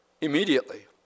Immediately